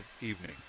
evening